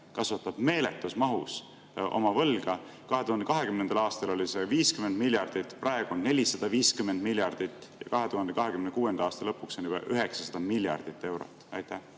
kasvatab meeletus mahus oma võlga. 2020. aastal oli see 50 miljardit, praegu on 450 miljardit ja 2026. aasta lõpuks on juba 900 miljardit eurot. Jaa,